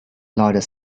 largest